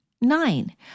Nine